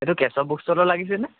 এইটো কেশৱ বুক ষ্টলত লাগিছেনে